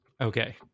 okay